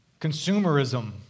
consumerism